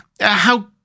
How